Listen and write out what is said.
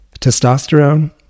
Testosterone